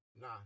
nah